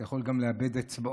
אתה יכול גם לאבד אצבעות,